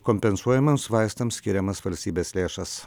kompensuojamiems vaistams skiriamas valstybės lėšas